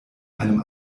einem